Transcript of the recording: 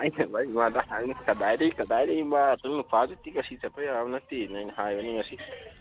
ꯑꯩꯅ ꯚꯥꯏ ꯏꯃꯥꯗ ꯍꯪꯉꯦ ꯀꯗꯥꯏꯗꯩ ꯀꯗꯥꯏꯗꯩ ꯉꯁꯤ ꯆꯠꯄ ꯌꯥꯕ ꯅꯠꯇꯦꯅ ꯑꯩꯅ ꯍꯥꯏꯕꯅꯦ ꯉꯁꯤ